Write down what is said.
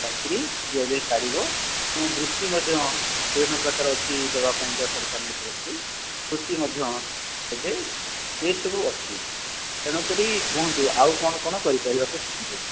ଚାକିରି ଦିଆଯାଇପାରିବ ଏବଂ ବୃତ୍ତି ମଧ୍ୟ ବିଭିନ୍ନପ୍ରକାର ଅଛି ଦେବା ପାଇଁକା ସରକାରଙ୍କ ତରଫରୁ ବୃତ୍ତି ମଧ୍ୟ ଦେବେ ଏସବୁ ଅଛି ତେଣୁକରି କୁହନ୍ତୁ ଆଉ କ'ଣ କ'ଣ କରିପାରିବାକୁ ଚାହୁଁଛନ୍ତି